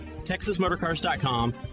TexasMotorCars.com